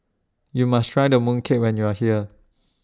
YOU must Try The Mooncake when YOU Are here